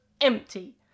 empty